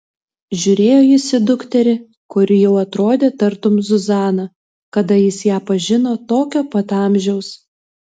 žiūrėjo jis į dukterį kuri jau atrodė tartum zuzana kada jis ją pažino tokio pat amžiaus